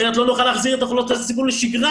אחרת לא נוכל להחזיר את אוכלוסיית הסיכון לשגרה,